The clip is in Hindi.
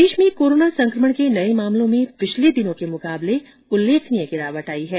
प्रदेश में कोरोना संक्रमण के नए मामलों में पिछले दिनों के मुकाबले उल्लेखनीय गिरावट आई है